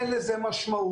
אין לזה משמעות,